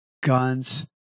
guns